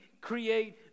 create